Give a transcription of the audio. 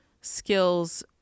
skills